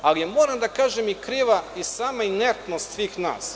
Ali, moram da kažem da je kriva i sama inertnost svih nas.